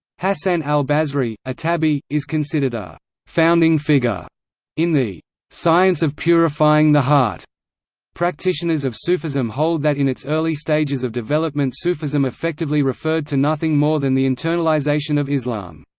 hasan al-basri, a tabi, is considered a founding figure in the science of purifying the heart practitioners of sufism hold that in its early stages of development sufism effectively referred to nothing nothing more than the internalization of islam.